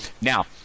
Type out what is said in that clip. Now